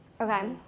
Okay